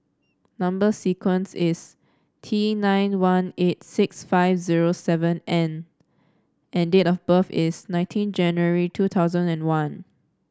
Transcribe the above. number sequence is T nine one eight six five zero seven N and date of birth is nineteen January two thousand and one